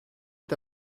est